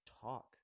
talk